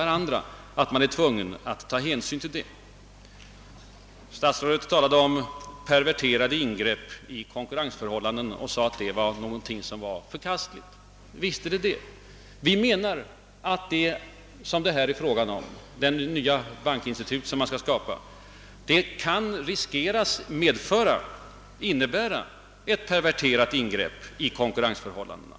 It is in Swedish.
Detta är man tvungen att ta hänsyn till. Statsrådet talade om »perverterade ingrepp» i konkurrensförhållandena och sade att det var någonting förkastligt. Visst är detta fallet. Vi menar att det nya bankinstitut som skall skapas kan befaras bli ett »perverterat ingrepp» i konkurrensförhållandena.